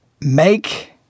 Make